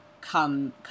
come